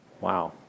Wow